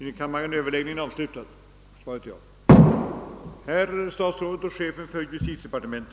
Herr talman! Herr Mundebo har frågat vilka åtgärder jag avser att vidta